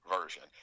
version